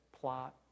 plot